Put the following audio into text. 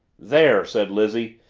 there! said lizzie.